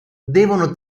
devono